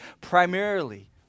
primarily